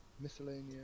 Miscellaneous